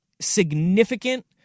significant